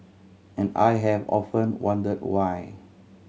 and I have often wonder why